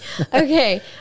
okay